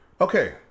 okay